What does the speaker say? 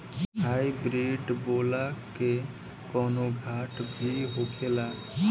Hybrid बोला के कौनो घाटा भी होखेला?